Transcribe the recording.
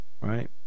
right